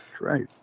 Right